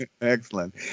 excellent